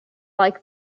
like